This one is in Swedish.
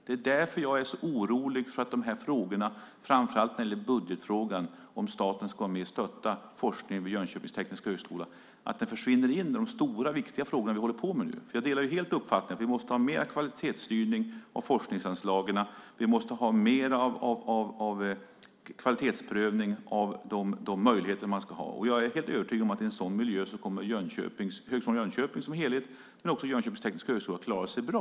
Det är därför jag är så orolig för att budgetfrågan, om staten ska vara med och stötta forskningen vid Jönköpings tekniska högskola, försvinner in i de stora viktiga frågorna vi håller på med nu. Jag delar helt uppfattningen att vi måste ha mer kvalitetsstyrning av forskningsanslagen, och vi måste ha mer av kvalitetsprövning av de möjligheter som ska finnas. Jag är helt övertygad om att i en sådan miljö kommer Högskolan i Jönköping som helhet och Jönköpings tekniska högskola att klara sig bra.